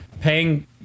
paying